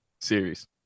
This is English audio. series